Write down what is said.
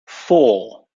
four